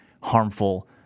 harmful